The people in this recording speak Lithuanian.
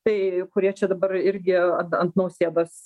tai kurie čia dabar irgi ant nausėdos